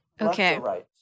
Okay